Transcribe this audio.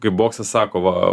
kaip boksas sako va